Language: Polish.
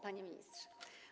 Panie Ministrze!